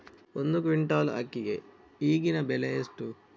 ಒಂದು ಕ್ವಿಂಟಾಲ್ ಅಕ್ಕಿಗೆ ಈಗಿನ ಬೆಲೆ ಎಷ್ಟು?